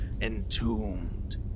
entombed